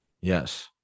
yes